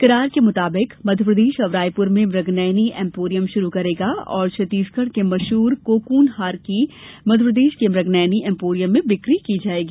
करार के मुताबिक मध्यप्रदेश अब रायपुर में मृगनयनी एम्पोरियम शुरू करेगा और छत्तीसगढ़ के मशहूर कोकून हार की मध्यप्रदेश के मृगनयनी एम्पोरियम में बिक्री की जायेगी